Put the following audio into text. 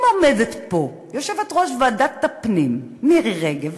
אם עומדת פה יושבת-ראש ועדת הפנים מירי רגב,